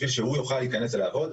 בשביל שהוא יוכל להיכנס ולעבוד,